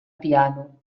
piano